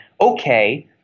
okay